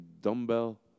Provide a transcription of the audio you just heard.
dumbbell